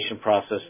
process